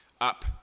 up